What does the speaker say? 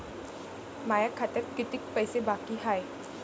माया खात्यात कितीक पैसे बाकी हाय?